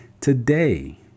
today